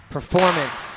Performance